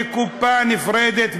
בקופה נפרדת,